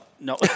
no